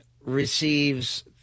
receives